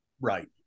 Right